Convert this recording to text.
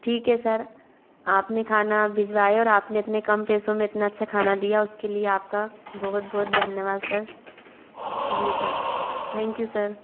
ठीक हे सर आप ने खाना भिजवाया और आप ने इतने कम पैसों में इतना अच्छा खाना दिया उसके लिए आप का बहुत बहुत धन्यवाद sir ji sir thank you sir